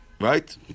right